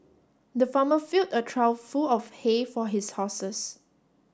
the farmer filled a trough full of hay for his horses